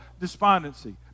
despondency